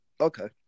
Okay